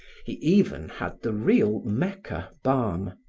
he even had the real mecca balm,